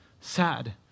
sad